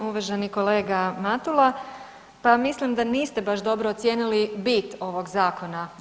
Uvaženi kolega Matula, pa mislim da niste baš dobro ocijenili bit ovog zakona.